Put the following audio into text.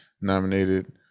nominated